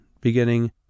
beginning